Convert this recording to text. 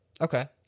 okay